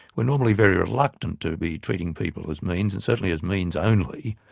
we're normally very reluctant to be treating people as means, and certainly as means only.